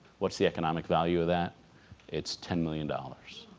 what's the economic value of that it's ten million dollars.